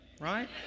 right